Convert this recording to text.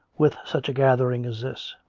with such a gathering as this.